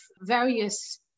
various